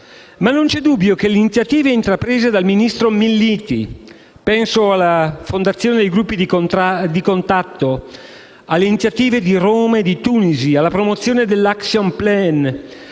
Non c'è dubbio che le iniziative intraprese dal ministro Minniti - penso alla fondazione dei gruppi di contatto, agli appuntamenti di Roma e Tunisi, alla promozione dell'*action plan*,